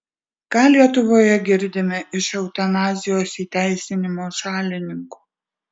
ką lietuvoje girdime iš eutanazijos įteisinimo šalininkų